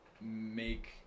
make